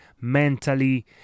mentally